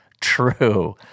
true